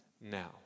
now